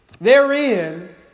Therein